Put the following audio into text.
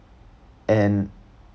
and